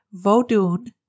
Vodun